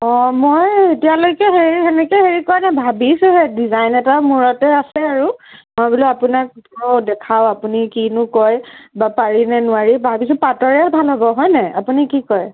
অঁ মই এতিয়ালৈকে হেৰি সেনেকে হেৰি কৰা নাই ভাবিছোঁহে ডিজাইন এটা মূৰতে আছে আৰু মই বোলো আপোনাক দেখাওঁ আপুনি কিনো কয় বা পাৰি নে নোৱাৰি ভাবিছোঁ পাটৰে ভাল হ'ব হয়নে আপুনি কি কয়